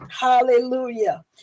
hallelujah